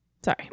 Sorry